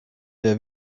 der